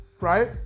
right